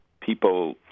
people